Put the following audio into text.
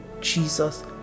Jesus